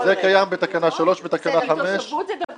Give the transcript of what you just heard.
זה קיים בתקנה 3 ובתקנה 5 ובתקנה 10. תושבות זה דבר דינמי.